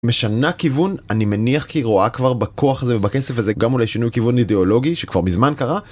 משנה כיוון, אני מניח כי רואה כבר בכוח הזה ובכסף הזה גם אולי שינוי כיוון אידיאולוגי, שכבר מזמן קרה.